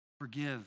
forgive